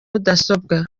mudasobwa